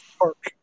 park